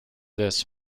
this